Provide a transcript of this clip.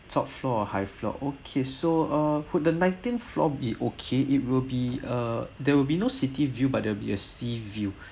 top floor or high floor okay so uh put the nineteenth floor it'll be okay it will be uh there will be no city view but then we have sea view